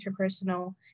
interpersonal